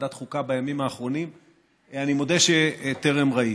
ולוועדת החוקה בימים האחרונים אני מודה שטרם ראיתי.